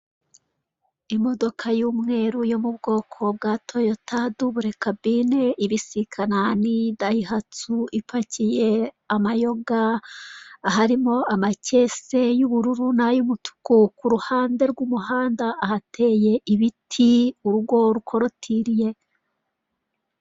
Imodoka y'umweru yo mu bwoko bwa dubule kabine, ibisikana n'iyi dayihatsu ipakiye amayoga. Harimo amakese y'ubururu nay'umutuku. Ku ruhande rw'umuhanda hateye ibiti; urugo rukorotiriye.